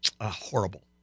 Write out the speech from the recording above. Horrible